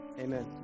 amen